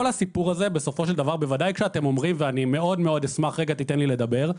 אני מאוד מאוד אשמח אם תיתן לי לדבר.